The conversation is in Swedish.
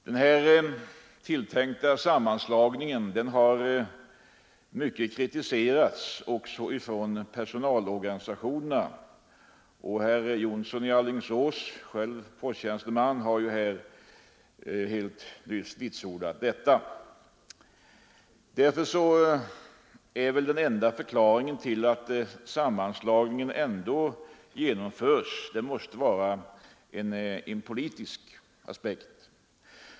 Den tilltänka sammanslagningen har mycket kritiserats också från personalorganisationerna. Herr Jonsson i Alingsås, själv posttjänsteman, har här nyss vitsordat detta. Därför är väl den enda förklaringen till att sammanslagningen ändå genomförs en politisk aspekt.